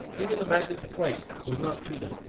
even the madness of fright was not to them,